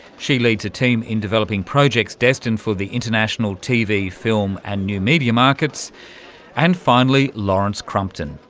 she leads a team in developing projects destined for the international tv, film and new media markets and finally lawrence crumpton,